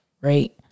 right